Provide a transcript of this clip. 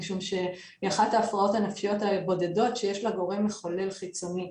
משום שהיא אחת ההפרעות הנפשיות הבודדות שיש לה גורם מחולל חיצוני.